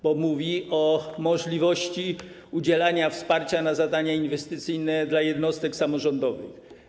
Chodzi o możliwość udzielania wsparcia na zadania inwestycyjne dla jednostek samorządowych.